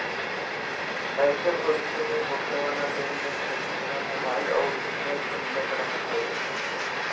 एसे भविष्य में होखे वाला लेन देन के सूचना मोबाईल अउरी इमेल से मिलत रहत हवे